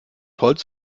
holz